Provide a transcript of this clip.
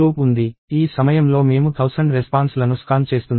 ఈ సమయంలో మేము 1000 రెస్పాన్స్ లను స్కాన్ చేస్తున్నాము